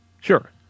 Sure